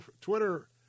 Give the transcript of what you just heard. Twitter